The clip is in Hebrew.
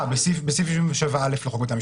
בסעיף 77א לחוק בתי המשפט.